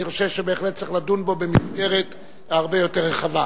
אני חושב שבהחלט צריך לדון בו במסגרת הרבה יותר רחבה.